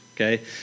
Okay